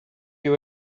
you